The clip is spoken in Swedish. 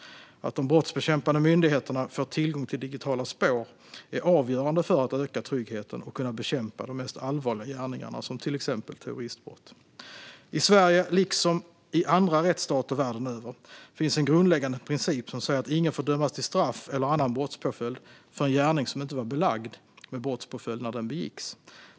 Att de brottsbekämpande myndigheterna får tillgång till digitala spår är avgörande för att man ska kunna öka tryggheten och bekämpa de mest allvarliga gärningarna, som till exempel terroristbrott. I Sverige, liksom i andra rättsstater världen över, finns en grundläggande princip som säger att ingen får dömas till straff eller annan brottspåföljd för en gärning som inte var belagd med brottspåföljd när den begicks.